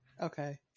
Okay